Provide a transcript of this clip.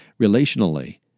Relationally